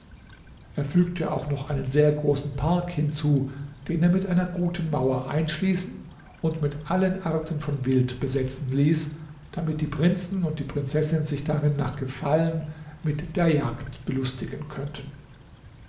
er fügte auch noch einen sehr großen park hinzu den er mit einer guten mauer einschließen und mit allen arten von wild besetzen ließ damit die prinzen und die prinzessin sich darin nach gefallen mit der jagd belustigen könnten